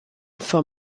for